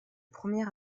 premier